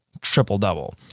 triple-double